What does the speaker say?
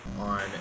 on